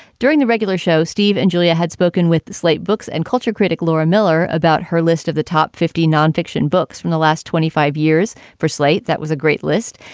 during the regular show, steve and julia had spoken with slate books and culture critic laura miller about her list of the top fifty non-fiction books from the last twenty five years for slate. that was a great list.